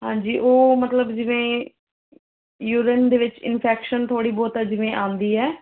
ਹਾਂਜੀ ਉਹ ਮਤਲਬ ਜਿਵੇਂ ਯੂਰੈਨ ਦੇ ਵਿੱਚ ਇੰਨਫੈਕਸ਼ਨ ਥੋੜ੍ਹੀ ਬਹੁਤ ਜਿਵੇਂ ਆਉਂਦੀ ਆ